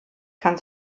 kann